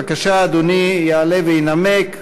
בבקשה, אדוני יעלה וינמק.